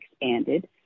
expanded